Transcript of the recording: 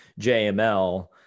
JML